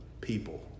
people